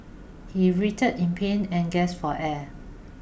he writhed in pain and gasped for air